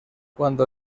cuando